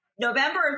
November